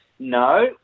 No